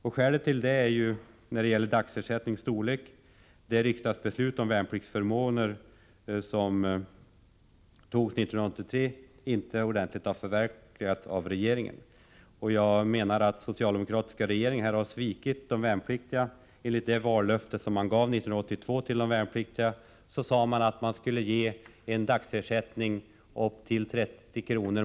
Detta gäller i all synnerhet som — t.ex. när det gäller dagsersättningens storlek — riksdagsbeslutet om värnpliktsförmåner år 1983 inte har ordentligt förverkligats av regeringen. Jag menar att den socialdemokratiska regeringen här har svikit de värnpliktiga. Enligt det vallöfte som socialdemokraterna gav 1982 skulle de värnpliktiga få en dagsersättning på 30 kr.